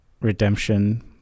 redemption